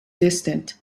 distant